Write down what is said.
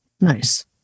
Nice